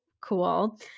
cool